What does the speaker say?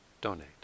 donate